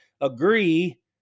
agree